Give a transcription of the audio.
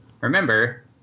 Remember